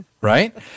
Right